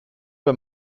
bei